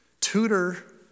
Tutor